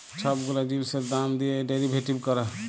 ছব গুলা জিলিসের দাম দিঁয়ে ডেরিভেটিভ ক্যরে